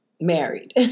Married